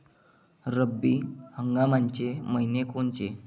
रब्बी हंगामाचे मइने कोनचे?